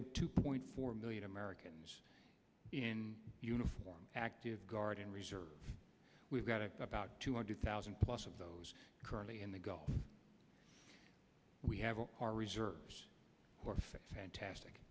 have two point four million americans in uniform active guard and reserve we've got about two hundred thousand plus of those currently in the gulf we have our reserves were fantastic